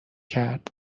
کرد